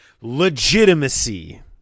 Legitimacy